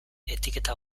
etiketa